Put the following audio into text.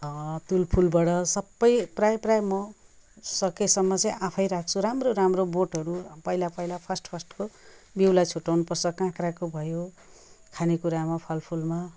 तुलफुलबाट सबै प्रायः प्रायः म सकेसम्म चाहिँ आफै राख्छु राम्रो राम्रो बोटहरू पहिला पहिला फर्स्ट फर्स्टको बिउलाई छुट्ट्याउनुपर्छ काँक्राको भयो खाने कुरामा फलफुलमा